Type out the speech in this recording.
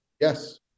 Yes